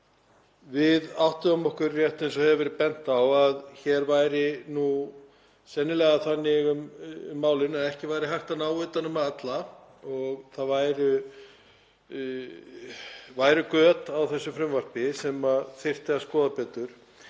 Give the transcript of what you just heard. Við áttuðum okkur á því, rétt eins og hefur verið bent á, að hér væri það nú sennilega þannig að ekki væri hægt að ná utan um alla og það væru göt í þessu frumvarpi sem þyrfti að skoða betur.